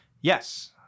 Yes